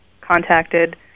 contacted